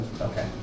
Okay